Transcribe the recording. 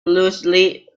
loosely